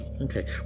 Okay